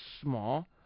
small